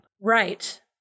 Right